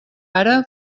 ara